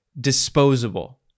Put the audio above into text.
disposable